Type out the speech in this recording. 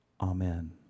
Amen